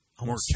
More